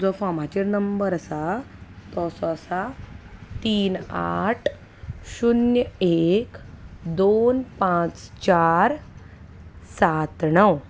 जो फॉमाचेर नंबर आसा तो असो आसा तीन आठ शुन्य एक दोन पांच चार सात णव